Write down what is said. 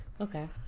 okay